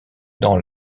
dans